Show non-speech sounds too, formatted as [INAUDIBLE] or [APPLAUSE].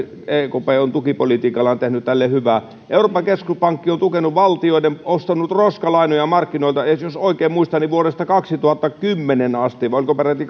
ekp on tukipolitiikallaan tehnyt hyvää euroopan keskuspankki on ostanut roskalainoja markkinoilta jos oikein muistan vuodesta kaksituhattakymmenen asti vai oliko peräti [UNINTELLIGIBLE]